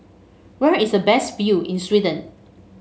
where is a best view in Sweden